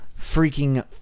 freaking